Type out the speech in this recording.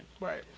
Right